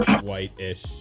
white-ish